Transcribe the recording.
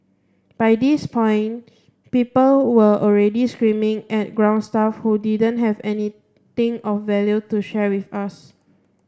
by this point people were already screaming at ground staff who didn't have anything of value to share with us